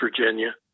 Virginia